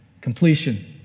completion